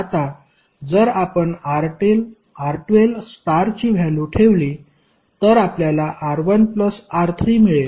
आता जर आपण R12 स्टारची व्हॅल्यु ठेवली तर आपल्याला R1R3 मिळेल